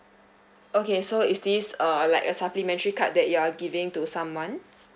okay so is this uh like a supplementary card that you are giving to someone